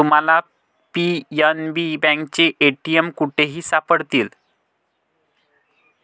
तुम्हाला पी.एन.बी बँकेचे ए.टी.एम कुठेही सापडतील